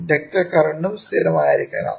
inductor കറന്റും സ്ഥിരമായിരിക്കണം